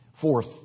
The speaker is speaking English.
Fourth